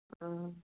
ꯎꯝ